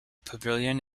pavilion